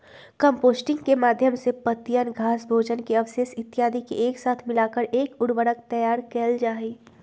composting के माध्यम से पत्तियन, घास, भोजन के अवशेष इत्यादि के एक साथ मिलाकर एक उर्वरक तैयार कइल जाहई